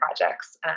projects